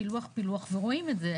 פילוח פילוח ורואים את זה,